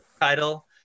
title